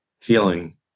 feeling